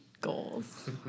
Goals